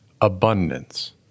abundance